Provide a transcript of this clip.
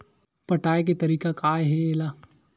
पटाय के तरीका का हे एला?